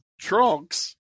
trunks